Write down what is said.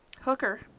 hooker